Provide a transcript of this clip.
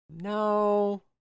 No